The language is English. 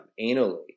anally